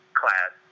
class